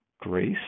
grace